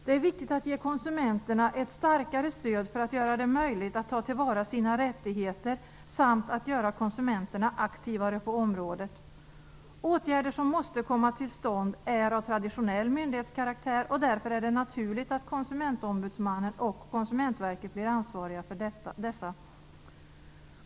Det är viktigt att ge konsumenterna ett starkare stöd för att göra det möjligt för dem att ta till vara sina rättigheter. Konsumenterna skall göras aktivare på området. Åtgärder som måste komma till stånd är av traditionell myndighetskaraktär, och därför är det naturligt att Konsumentombudsmannen och Konsumentverket blir ansvariga för dessa.